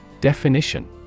Definition